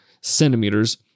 centimeters